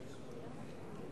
בבקשה.